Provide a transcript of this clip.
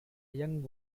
young